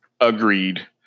agreed